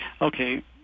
okay